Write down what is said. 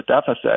deficit